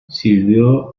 sirvió